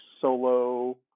solo